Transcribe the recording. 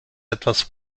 etwas